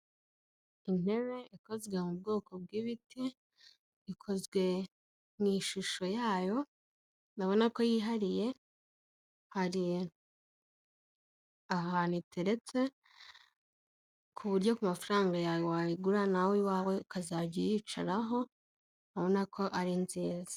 Intebe ikozwe mu bwoko bw'ibiti, ikozwe mu ishusho yayo, urabona ko yihariye, hari ahantu iteretse ku buryo ku mafaranga yawe wayigura nawe iwawe ukazajya uyicaraho, urabona ko ari nziza.